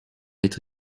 être